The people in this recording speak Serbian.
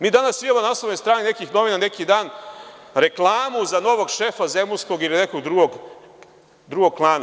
Mi danas imamo na naslovnoj strani nekih novina neki dan reklamu za novog šefa zemunskog ili nekog drugog klana.